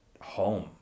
home